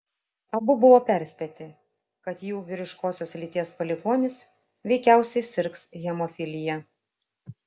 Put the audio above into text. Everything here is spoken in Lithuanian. abu buvo perspėti kad jų vyriškosios lyties palikuonis veikiausiai sirgs hemofilija